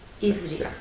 Easily